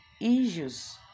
issues